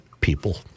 people